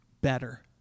better